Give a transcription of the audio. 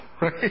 right